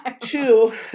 two